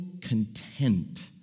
content